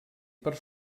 per